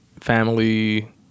family